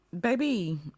baby